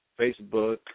Facebook